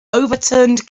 overturned